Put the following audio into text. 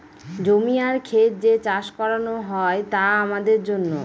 জমি আর খেত যে চাষ করানো হয় তা আমাদের জন্য